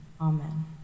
Amen